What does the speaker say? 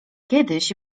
kiedyś